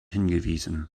hingewiesen